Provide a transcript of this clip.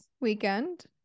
weekend